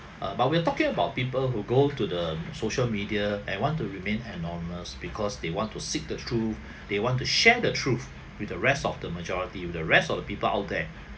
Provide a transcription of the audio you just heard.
err but we're talking about people who go to the social media and want to remain anonymous because they want to seek the truth they want to share the truth with the rest of the majority with the rest of the people out there